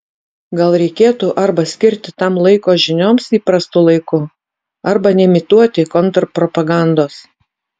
gal reikėtų arba skirti tam laiko žinioms įprastu laiku arba neimituoti kontrpropagandos